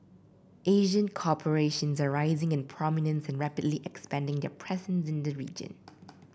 Asian corporations are rising in prominence and rapidly expanding their presence in the region